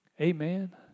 Amen